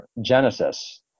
Genesis